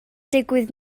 digwydd